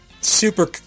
Super